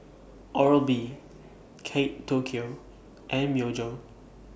Oral B Kate Tokyo and Myojo